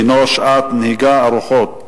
הינו שעות נהיגה ארוכות.